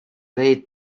laid